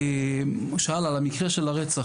הוא שאל על המקרה של הרצח,